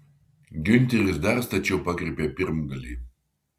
giunteris dar stačiau pakreipė pirmgalį